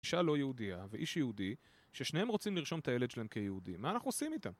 אישה לא יהודייה ואיש יהודי ששניהם רוצים לרשום את הילד שלהם כיהודי, מה אנחנו עושים איתם?